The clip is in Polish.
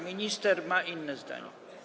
Minister ma inne zdanie.